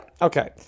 Okay